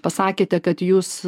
pasakėte kad jūs